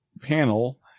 panel